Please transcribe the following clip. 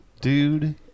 Dude